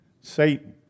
Satan